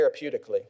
therapeutically